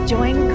Join